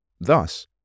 Thus